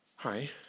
Hi